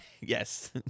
Yes